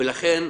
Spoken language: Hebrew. לכן,